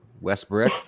Westbrook